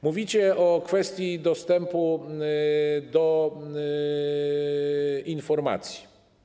Mówicie o kwestii dostępu do informacji.